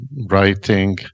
writing